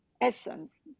essence